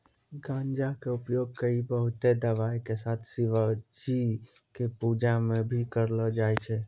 गांजा कॅ उपयोग कई बहुते दवाय के साथ शिवजी के पूजा मॅ भी करलो जाय छै